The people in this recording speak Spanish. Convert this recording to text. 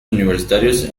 universitarios